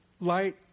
light